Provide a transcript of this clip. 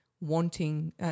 wanting